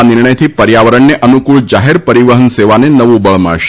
આ નિર્ણયથી પર્યાવરણને અનુકૂળ જાહેર પરિવહન સેવાને નવું બળ મળશે